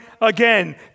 again